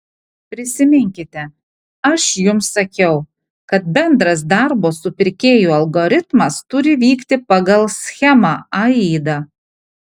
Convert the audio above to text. prisiminkite aš jums sakiau kad bendras darbo su pirkėju algoritmas turi vykti pagal schemą aida